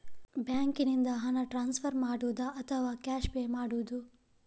ಬ್ಯಾಂಕಿನಿಂದ ಹಣ ಟ್ರಾನ್ಸ್ಫರ್ ಮಾಡುವುದ ಅಥವಾ ಕ್ಯಾಶ್ ಪೇ ಮಾಡುವುದು?